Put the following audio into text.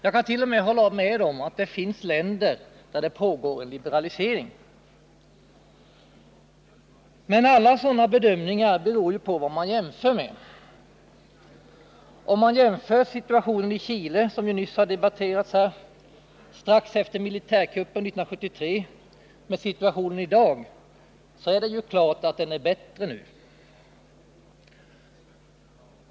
Jag kan t.o.m. hålla med om att det finns länder där det pågår en liberalisering. Men alla sådana bedömningar beror ju på vad man jämför med. Om man jämför situationen i Chile, som vi nyss har debatterat här, strax efter militärkuppen 1973 med situationen i dag, så är det klart att den är bättre nu.